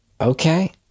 Okay